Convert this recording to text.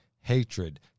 hatred